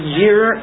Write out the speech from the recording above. year